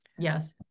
Yes